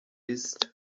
ist